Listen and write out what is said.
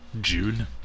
June